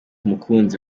mukunzi